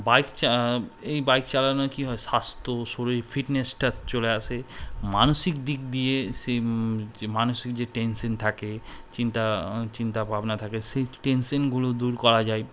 bike চা এই bike চালানো কী হয় স্বাস্থ্য শরীর ফিটনেসটা চলে আসে মানসিক দিক দিয়ে সেই মানসিক যে টেনশান থাকে চিন্তা চিন্তাভাবনা থাকে সেই টেনশানগুলো দূর করা যায়